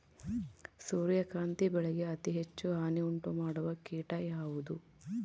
ಸೂರ್ಯಕಾಂತಿ ಬೆಳೆಗೆ ಅತೇ ಹೆಚ್ಚು ಹಾನಿ ಉಂಟು ಮಾಡುವ ಕೇಟ ಯಾವುದು?